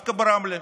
דווקא ברמלה.